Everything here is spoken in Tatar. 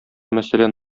мәсәлән